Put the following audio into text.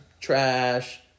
trash